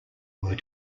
were